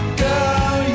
girl